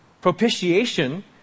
Propitiation